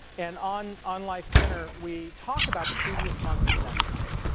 and on on life dinner we talk about the previous month and the next month.